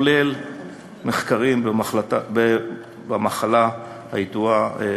כולל מחקרים במחלה הידועה ברוצלוזיס.